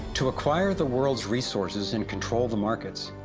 to acquire the world's resources and control the markets,